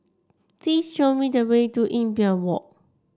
please show me the way to Imbiah Walk